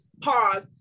pause